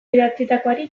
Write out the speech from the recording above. idatzitakoari